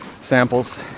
samples